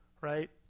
right